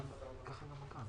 זה נחמד, אבל שאלתי למה כסף.